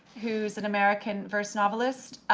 who's an american verse novelist.